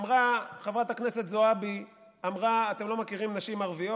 חברת הכנסת זועבי אמרה: אתם לא מכירים נשים ערביות.